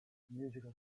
musical